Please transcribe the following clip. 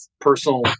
personal